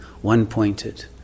one-pointed